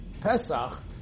Pesach